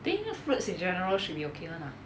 I think fruits in general should be okay lah